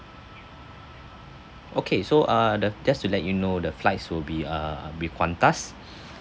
okay so err the just to let you know the flights will be err with qantas